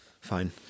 Fine